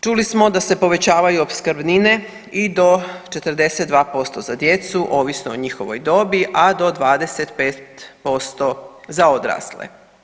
Čuli smo da se povećavaju opskrbnine i do 42% za djecu ovisno o njihovoj dobi, a do 25% za odrasle.